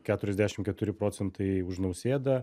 keturiasdešim keturi procentai už nausėdą